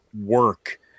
work